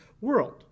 world